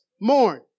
mourn